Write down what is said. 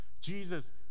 Jesus